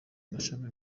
amashami